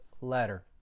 letter